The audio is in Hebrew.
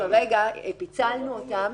כרגע פיצלנו אותן.